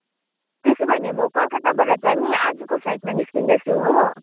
त्यसो भने म कलकत्ताबाट चाहिँ नि आजको फ्लाइटमा निस्किँदै छु हो